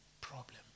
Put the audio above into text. problem